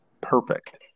perfect